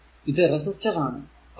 എന്നാൽ ഇത് റെസിസ്റ്റർ ആണ്